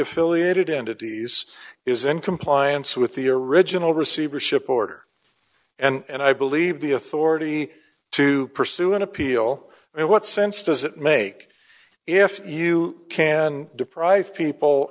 affiliated entities is in compliance with the original receivership order and i believe the authority to pursue an appeal and what sense does it make if you can deprive people